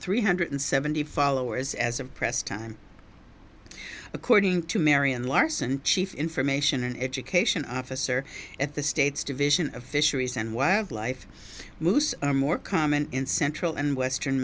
three hundred seventy followers as of press time according to marion larson chief information and education officer at the state's division of fisheries and wildlife moose are more common in central and western